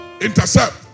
intercept